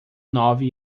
nove